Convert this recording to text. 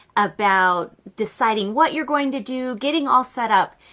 about deciding what you're going to do, getting all set up.